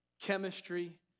chemistry